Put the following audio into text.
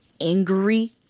angry